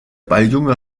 balljunge